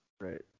Right